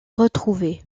retrouvé